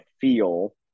feel –